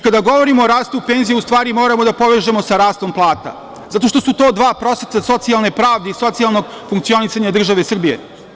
Kada govorimo o rastu penzija, u stvari, moramo da povežemo sa rastom plata, zato što su to dva procesa socijalne pravde i socijalnog funkcionisanja države Srbije.